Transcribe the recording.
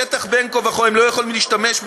בשטח בין כה וכה הם לא יכולים להשתמש,